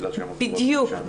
בדיוק.